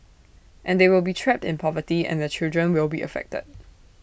and they will be trapped in poverty and their children will be affected